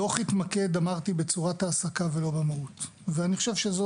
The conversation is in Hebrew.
הדוח התמקד בצורת העסקה ולא במהות, ואני חושב שזה